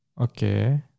Okay